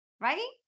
right